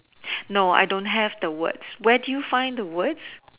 no I don't have the words where do you find the words